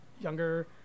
younger